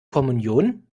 kommunion